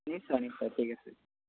নিশ্চয় নিশ্চয় ঠিক আছে